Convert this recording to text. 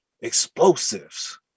explosives